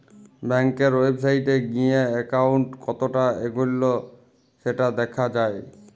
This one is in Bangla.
ব্যাংকের ওয়েবসাইটে গিএ একাউন্ট কতটা এগল্য সেটা দ্যাখা যায়